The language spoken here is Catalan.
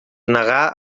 negà